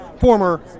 former